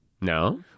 No